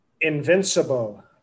Invincible